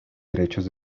derechos